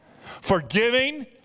Forgiving